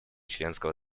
членского